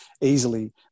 easily